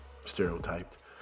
stereotyped